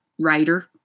writer